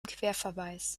querverweis